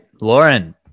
Lauren